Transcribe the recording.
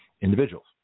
individuals